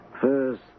First